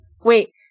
Wait